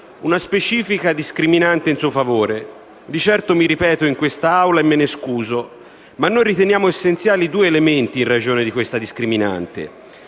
una specifica discriminante in suo favore. Di certo mi ripeto in quest'Aula e me ne scuso, ma noi riteniamo essenziali due elementi in ragione di questa discriminante: